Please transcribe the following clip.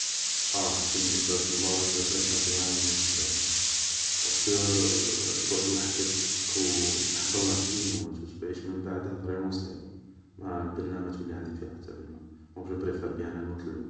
اه, كي نكبر في اللاج جو بريفار بيان نموت قبل, برسكو تقعد وحدك و تحضرله كي يموت و تعيش من بعده فريمون صعيبة, ما البنة ما تولي عندك فيها حتى بنة, دونك جو بريفار بيان انا نموت اللول